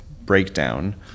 breakdown